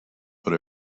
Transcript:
but